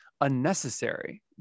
unnecessary